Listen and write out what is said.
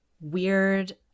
weird